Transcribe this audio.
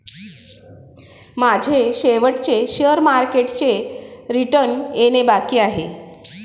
माझे शेवटचे शेअर मार्केटचे रिटर्न येणे बाकी आहे